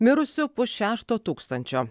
mirusių pusšešto tūkstančio